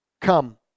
come